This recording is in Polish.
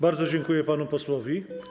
Bardzo dziękuję panu posłowi.